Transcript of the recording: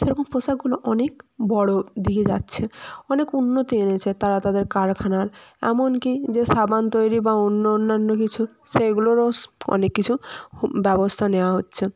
সেরকম পোশাকগুলো অনেক বড়ো দিকে যাচ্ছে অনেক উন্নতি হয়েছে তারা তাদের কারখানার এমনকি যে সাবান তৈরি বা অন্য অন্যান্য কিছু সেইগুলোরও অনেক কিছুর ব্যবস্থা নেওয়া হচ্ছে